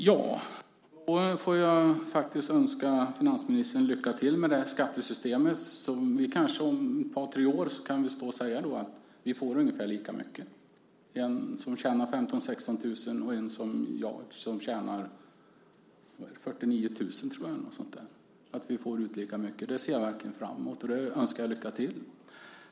Fru talman! Jag får önska finansministern lycka till med detta skattesystem. Om ett par tre år kanske vi kan står här och säga att en som tjänar 15 000-16 000 kr och en som tjänar som jag, ungefär 49 000 kr, får ut lika mycket av detta. Det ser jag verkligen fram emot. Jag önskar finansministern lycka till med detta.